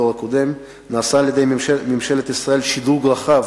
נעשה על-ידי ממשלת ישראל שדרוג רחב